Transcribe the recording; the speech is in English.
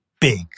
big